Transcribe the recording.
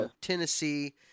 Tennessee